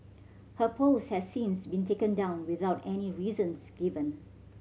her post has since been taken down without any reasons given